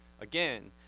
again